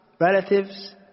relatives